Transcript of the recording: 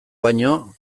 baino